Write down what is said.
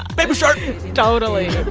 baby shark totally